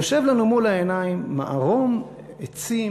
יושב לנו מול העיניים מערום עצים